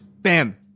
bam